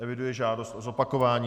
Eviduji žádost o zopakování.